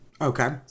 okay